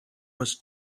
was